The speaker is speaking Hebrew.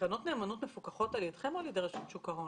קרנות נאמנות מפוקחות על ידכם או על ידי רשות שוק ההון?